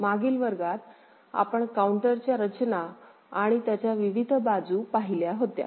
मागील वर्गात आपण काउंटर च्या रचना आणि त्याच्या विविध बाजु पहिल्या होत्या